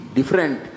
different